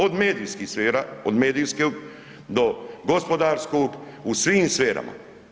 Od medijskih sfera, od medijske do gospodarsku, u svim sferama.